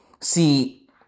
see